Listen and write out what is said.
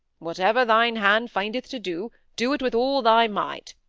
whatsoever thine hand findeth to do, do it with all thy might.